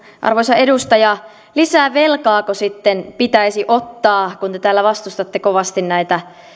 arvoisa edustaja krista kiuru lisää velkaako sitten pitäisi ottaa kun te täällä vastustatte kovasti näitä